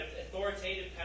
authoritative